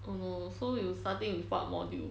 oh so you starting with what module